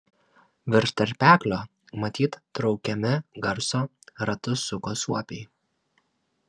virš tarpeklio matyt traukiami garso ratus suko suopiai